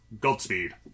Godspeed